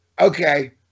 Okay